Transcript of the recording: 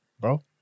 bro